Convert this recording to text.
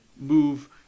move